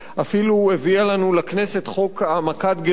אפילו הביאה לנו לכנסת חוק העמקת גירעון